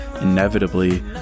inevitably